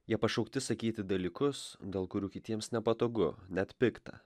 jie pašaukti sakyti dalykus dėl kurių kitiems nepatogu net pikta